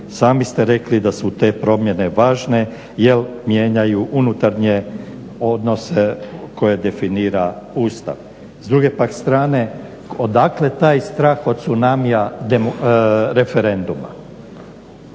Sami ste rekli da su te promjene važne jer mijenjaju unutarnje odnose koje definira Ustav. S druge pak strane odakle taj strah od tsunamija referenduma?